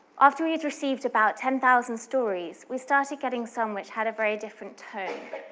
after we'd received about ten thousand stories, we started getting some which had a very different tone.